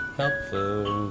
helpful